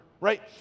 right